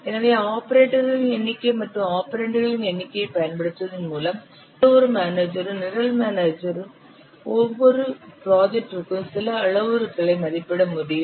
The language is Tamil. எனவே ஆபரேட்டர்களின் எண்ணிக்கை மற்றும் ஆபரெண்டுகளின் எண்ணிக்கையைப் பயன்படுத்துவதன் மூலம் எந்தவொரு மேனேஜரும் நிரல் மேனேஜரும் ஒவ்வொரு ப்ராஜெக்டிற்கும் சில அளவுருக்களை மதிப்பிட முடியும்